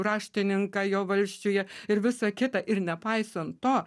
raštininką jo valsčiuje ir visą kitą ir nepaisant to